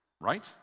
right